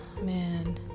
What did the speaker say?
Man